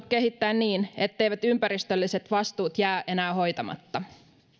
kehittää niin etteivät ympäristölliset vastuut jää enää hoitamatta